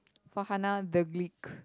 Farhana-Deglit